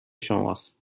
شماست